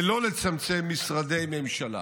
ולא לצמצם משרדי ממשלה?